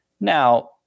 Now